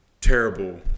terrible –